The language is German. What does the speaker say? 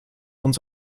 uns